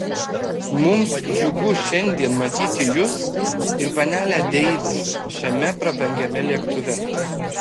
mums džiugu šiandien matyti jus ir panelę deivis šiame prabangiame lėktuve